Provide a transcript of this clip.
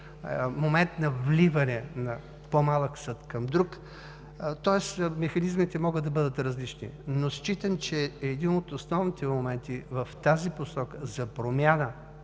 момент на вливане на по-малък съд към друг, тоест механизмите могат да бъдат различни. Но считам, че един от основните моменти в тази посока за промяна